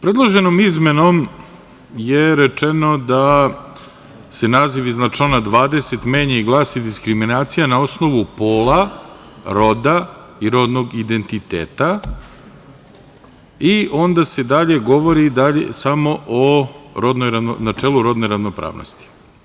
Predloženom izmenom je rečeno da se naziv iznad člana 20. menja i glasi – diskriminacija na osnovu pola, roda i rodnog identiteta i onda se dalje govori dalje samo o načelu rodne ravnopravnosti.